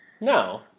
No